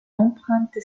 empreinte